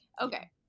Okay